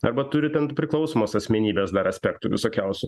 arba turi ten priklausomos asmenybės dar aspektų visokiausių